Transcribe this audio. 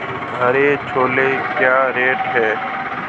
हरे छोले क्या रेट हैं?